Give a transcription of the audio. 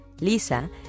Lisa